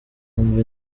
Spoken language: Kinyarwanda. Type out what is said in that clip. umva